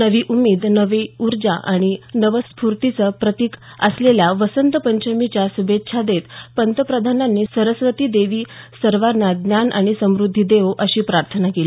नवी उमेद नवी ऊर्जा आणि नवस्फूर्तीचं प्रतीक असलेल्या वसंत पंचमीच्या श्भेच्छा देत पंतप्रधानांनी सरस्वती देवी सर्वांना ज्ञान आणि सम्रद्धी देवो अशी प्रार्थना केली